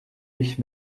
ich